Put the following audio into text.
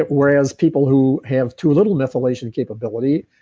whereas people who have too little methylation capability,